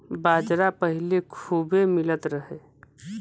बाजरा पहिले खूबे मिलत रहे